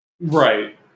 Right